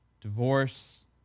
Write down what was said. divorce